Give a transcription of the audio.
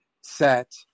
set